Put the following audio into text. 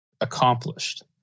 accomplished